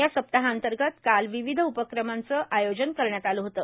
या सप्ताहांतर्गत काल विविध कार्यक्रमांचं आयोजन करण्यात आलं होत